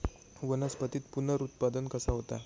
वनस्पतीत पुनरुत्पादन कसा होता?